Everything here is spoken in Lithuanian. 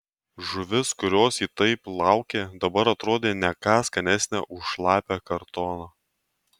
žuvis kurios ji taip laukė dabar atrodė ne ką skanesnė už šlapią kartoną